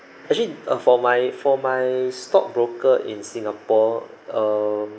actually uh for my for my stockbroker in singapore um